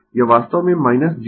यह वास्तव में jω C है